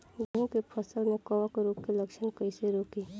गेहूं के फसल में कवक रोग के लक्षण कईसे रोकी?